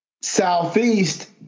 southeast